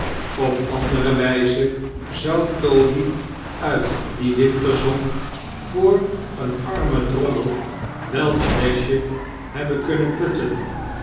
op andere wijze zou toby uit die winterzon voor een armen drommel wel een lesje hebben kunnen putten